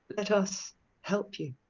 let us help you.